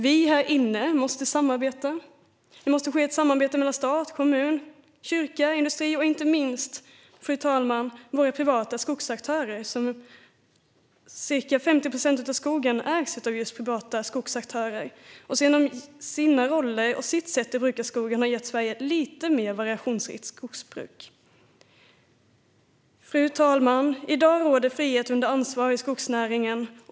Vi här inne måste samarbeta. Det måste ske ett samarbete mellan stat, kommun, kyrka, industri och inte minst, fru talman, våra privata skogsaktörer. Ca 50 procent av skogen ägs av privata skogsaktörer. Genom sina olika roller och sitt sätt att bruka skogen har de gett Sverige ett lite mer variationsrikt skogsbruk. Fru talman! I dag råder frihet under ansvar i skogsnäringen.